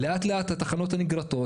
לאט-לאט התחנות ---.